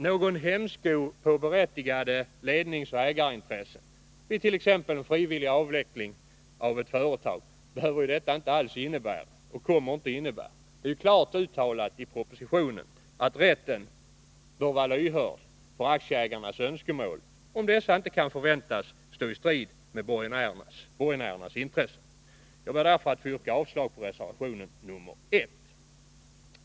Någon hämsko på berättigade ledningsoch ägarintressen, t.ex. vid en frivillig avveckling av ett företag, behöver detta inte alls innebära, eftersom det i propositionen är klart uttalat att rätten bör vara lyhörd för aktieägarnas önskemål, om dessa inte kan förväntas stå i strid med borgenärernas intressen. Jag ber därför att få yrka avslag på reservation nr 1.